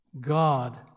God